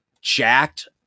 jacked